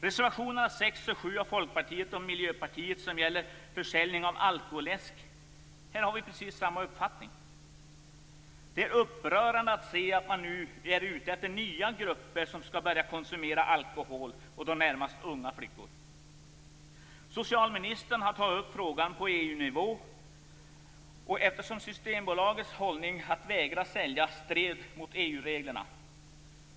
Reservationerna 6 och 7 av Folkpartiet och Miljöpartiet gäller försäljning av alkoläsk. I den frågan har vi precis samma uppfattning. Det är upprörande att se att man nu är ute efter nya grupper som skall börja konsumera alkohol, närmast unga flickor. Socialministern har tagit upp frågan på EU-nivå, eftersom Systembolagets hållning att vägra sälja strider mot EU-reglerna.